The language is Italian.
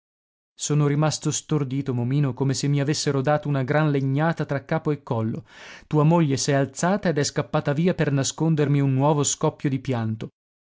sono rimasto stordito momino come se mi avessero dato una gran legnata tra capo e collo tua moglie s'è alzata ed è scappata via per nascondermi un nuovo scoppio di pianto